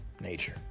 nature